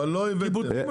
אבל, לא הבאתם.